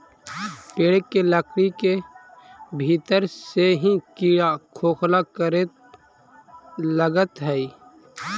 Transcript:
पेड़ के लकड़ी के भीतर से ही कीड़ा खोखला करे लगऽ हई